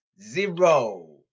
Zero